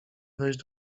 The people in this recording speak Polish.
wejść